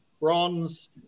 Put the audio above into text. Bronze